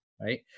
Right